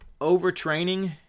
Overtraining